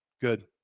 Good